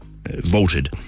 Voted